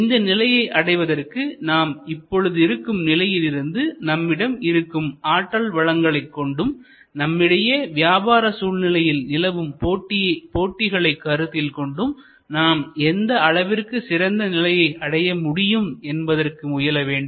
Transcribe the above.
இந்த நிலையை அடைவதற்கு நாம் இப்பொழுது இருக்கும் நிலையிலிருந்து நம்மிடம் இருக்கும் ஆற்றல் வளங்களைக் கொண்டும் நம்மிடையே வியாபார சூழ்நிலையில் நிலவும் போட்டிகளை கருத்தில் கொண்டும் நாம் எந்த அளவிற்கு சிறந்த நிலையை அடைய முடியும் என்பதற்கு முயல வேண்டும்